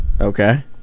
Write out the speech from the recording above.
Okay